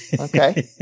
Okay